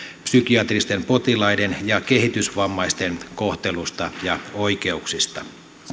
psykiatristen potilaiden ja kehitysvammaisten kohtelusta ja oikeuksista